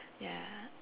ya